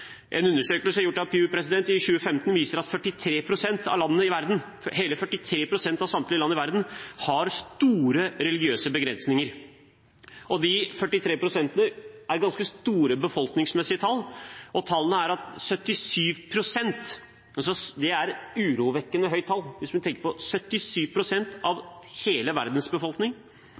En undersøkelse gjort av Pew Research Center i 2015 viser at 43 pst. av landene i verden – hele 43 pst. av samtlige land i verden – har store religiøse begrensninger. 43 pst. er et ganske stort tall befolkningsmessig. Og 77 pst. er et urovekkende høyt tall, hvis man tenker på